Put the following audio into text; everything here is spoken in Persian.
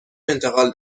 انتقال